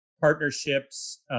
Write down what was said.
partnerships